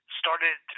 started